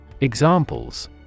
Examples